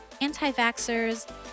anti-vaxxers